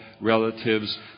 relatives